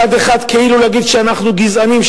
מצד אחד כאילו להגיד שאנחנו גזענים,